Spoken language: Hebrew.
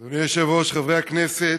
אדוני היושב-ראש, חברי הכנסת,